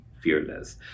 fearless